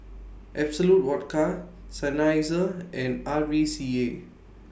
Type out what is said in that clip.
Absolut Vodka Seinheiser and R V C A